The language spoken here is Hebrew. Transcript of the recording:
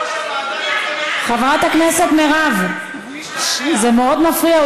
חברת הכנסת מירב, זה מאוד מפריע.